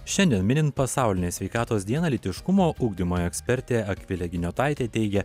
šiandien minint pasaulinę sveikatos dieną lytiškumo ugdymo ekspertė akvilė giniotaitė teigė